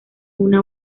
una